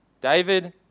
David